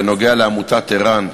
בנוגע לעמותת ער"ן,